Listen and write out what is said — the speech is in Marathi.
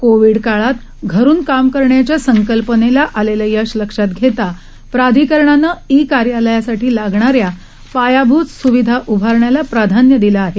कोविड काळात घरून काम करण्याच्या संकल्पनेला आलेलं यश लक्षात घेता प्राधिकरणानं ई कार्यालयासाठी लागणाऱ्या पायाभूत सुविधा उभारण्याला प्राधान्य दिलं आहे